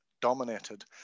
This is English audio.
dominated